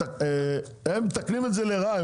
הם מתקנים את זה לרעה.